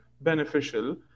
beneficial